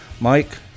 Mike